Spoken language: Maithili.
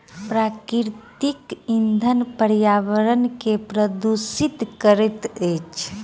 प्राकृतिक इंधन पर्यावरण के प्रदुषित करैत अछि